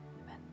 amen